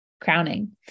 crowning